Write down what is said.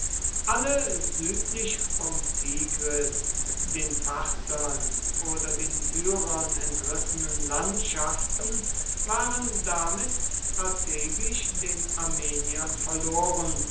alle südlich vom tigris den parthern oder den syrern entrissenen landschaften waren damit strategisch den armeniern verloren